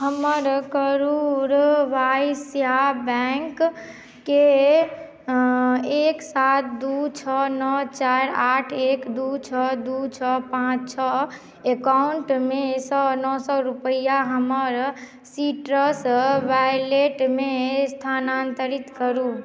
हमर करूर वैश्य बैंक के एक सात दू छह नओ चारि आठ एक दू छओ दू छओ पाँच छओ एकाउन्टमे सँ नओ सए रुपैआ हमर सीट्रस वैलेटमे स्थानांतरित करू